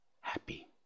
happy